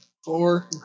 Four